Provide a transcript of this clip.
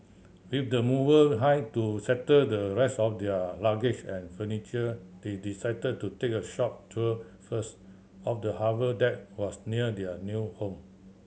with the mover hired to settle the rest of their luggage and furniture they decided to take a short tour first of the harbour that was near their new home